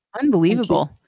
Unbelievable